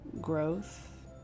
growth